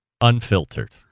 unfiltered